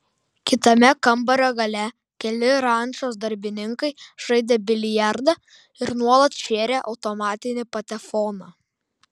kitame kambario gale keli rančos darbininkai žaidė biliardą ir nuolat šėrė automatinį patefoną